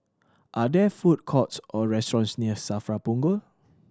are there food courts or restaurants near SAFRA Punggol